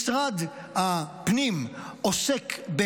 משרד הפנים עוסק,